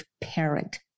parent